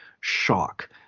shock